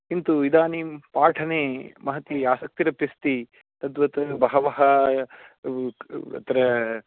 किन्तु इदानीं पाठने महती आसक्तिरपि अस्ति तद्वत् बहवः अत्र